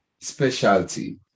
specialty